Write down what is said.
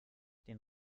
den